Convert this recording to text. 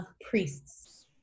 priests